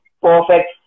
perfect